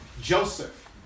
Joseph